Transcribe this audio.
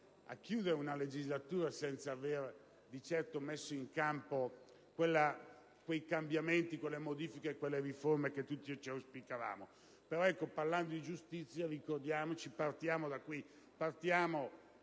a chiudere una legislatura senza avere di certo messo in campo quei cambiamenti, quelle modifiche e quelle riforme che tutti auspicavamo. Però, in tema di giustizia, ricordiamo che noi siamo in un